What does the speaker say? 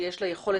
שיש לה יכולת